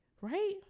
right